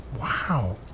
wow